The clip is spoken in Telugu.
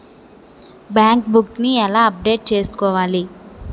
బ్యాంక్ బుక్ నీ ఎలా అప్డేట్ చేసుకోవాలి?